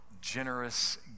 Generous